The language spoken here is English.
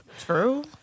true